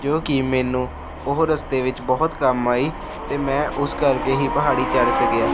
ਜੋ ਕਿ ਮੈਨੂੰ ਉਹ ਰਸਤੇ ਵਿੱਚ ਬਹੁਤ ਕੰਮ ਆਈ ਅਤੇ ਮੈਂ ਉਸ ਕਰਕੇ ਹੀ ਪਹਾੜੀ ਚੜ੍ਹ ਸਕਿਆ